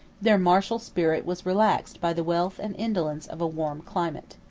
their martial spirit was relaxed by the wealth and idolence of a warm climate.